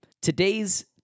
Today's